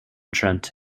trent